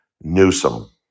Newsom